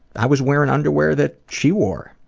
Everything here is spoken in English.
i was wearing underwear that she wore.